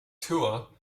tour